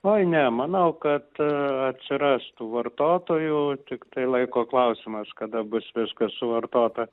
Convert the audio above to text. oi ne manau kad atsiras tų vartotojų tiktai laiko klausimas kada bus viskas suvartota